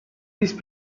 these